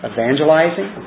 Evangelizing